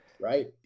Right